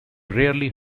rarely